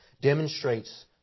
demonstrates